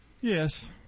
Yes